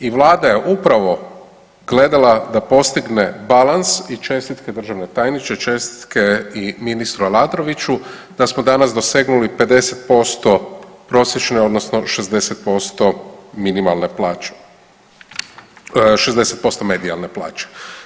I Vlada je upravo gledala da postigne balans i čestitke državni tajniče, čestitke i ministru Aladroviću da smo danas dosegnuli 50% prosječne, odnosno 60% minimalne plaće, 60% medijalne plaće.